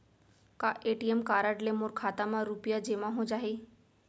का ATM card ले मोर खाता म रुपिया जेमा हो जाही?